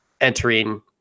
entering